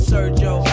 Sergio